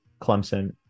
Clemson